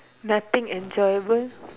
nothing enjoyable